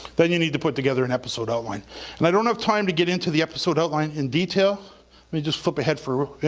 then you need to put together an episode outline and i don't have time to get into the episode outline in detail. let me just flip ahead for.